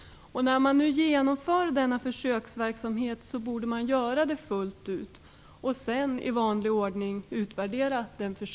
När denna försöksverksamhet nu genomförs borde det göras fullt ut. Sedan skall den försöksverksamheten i vanlig ordning utvärderas.